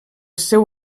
seu